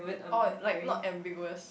oh like not ambiguous